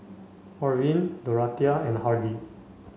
Orvin Dorathea and Hardy